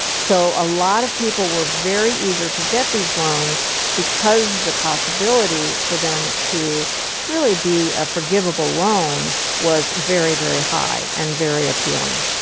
so a lot of people were very eager to get these loans because the possibility for them to really be a forgivable loan was very, very high and very appealing.